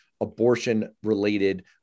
abortion-related